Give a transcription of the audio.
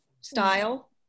style